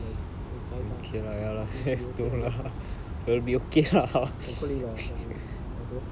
so yesterday also without him telling I just went eleven rounds lah just to be safe like to so it's okay I guess